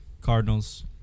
Cardinals